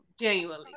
genuinely